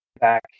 back